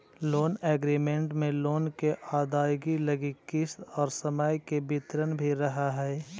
loan agreement में loan के अदायगी लगी किस्त और समय के विवरण भी रहऽ हई